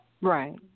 Right